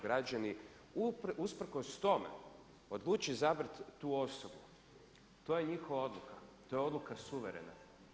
Građani usprkos tome odluče izabrati tu osobu, to je njihova odluka, ta je odluka suverena.